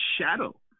shadow